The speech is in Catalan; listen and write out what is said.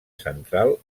central